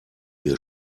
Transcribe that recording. wir